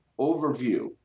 overview